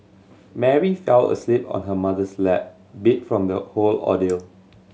Mary fell asleep on her mother's lap beat from the whole ordeal